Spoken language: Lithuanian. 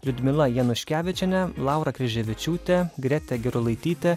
liudmila januškevičienė laura kryževičiūtė greta gerulaitytė